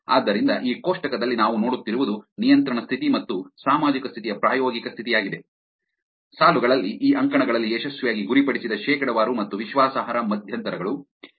ಆದ್ದರಿಂದ ಈ ಕೋಷ್ಟಕದಲ್ಲಿ ನಾವು ನೋಡುತ್ತಿರುವುದು ನಿಯಂತ್ರಣ ಸ್ಥಿತಿ ಮತ್ತು ಸಾಮಾಜಿಕ ಸ್ಥಿತಿಯ ಪ್ರಾಯೋಗಿಕ ಸ್ಥಿತಿಯಾಗಿದೆ ಸಾಲುಗಳಲ್ಲಿ ಅಂಕಣ ಗಳಲ್ಲಿ ಯಶಸ್ವಿಯಾಗಿ ಗುರಿಪಡಿಸಿದ ಶೇಕಡಾವಾರು ಮತ್ತು ವಿಶ್ವಾಸಾರ್ಹ ಮಧ್ಯಂತರಗಳು